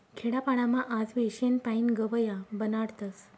खेडापाडामा आजबी शेण पायीन गव या बनाडतस